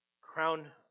Crown